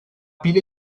pilha